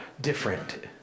different